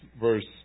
verse